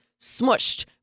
smushed